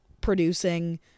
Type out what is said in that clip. producing